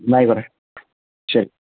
എന്നാൽ ആയിക്കോട്ടെ ശരി